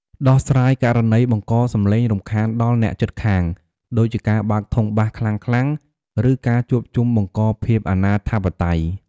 ដោះស្រាយករណីបង្កសំឡេងរំខានដល់អ្នកជិតខាង ដូចជាការបើកធុងបាសខ្លាំងៗ ឬការជួបជុំបង្កភាពអនាធិបតេយ្យ។